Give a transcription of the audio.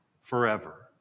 forever